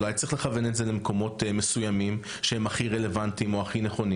אולי צריך לכוון את זה למקומות מסויימים שהם הכי רלוונטיים והכי נכונים?